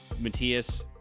Matthias